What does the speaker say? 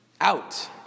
Out